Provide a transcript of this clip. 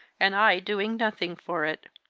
and i doing nothing for it.